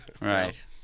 right